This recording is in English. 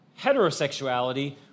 heterosexuality